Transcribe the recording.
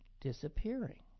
disappearing